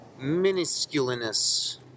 minusculeness